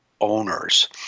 owners